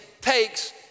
takes